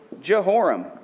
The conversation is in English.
Jehoram